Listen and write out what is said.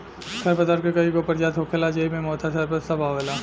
खर पतवार के कई गो परजाती होखेला ज़ेइ मे मोथा, सरपत सब आवेला